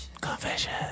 confession